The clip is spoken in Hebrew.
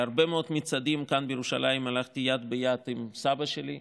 להרבה מאוד מצעדים כאן בירושלים הלכתי יד ביד עם סבא שלי,